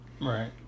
Right